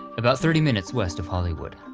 about thirty minutes west of hollywood.